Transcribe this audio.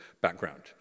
background